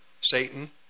Satan